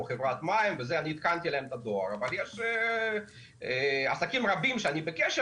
כמו המים עדכנתי את הדואר אבל יש עסקים רבים שאני בקשר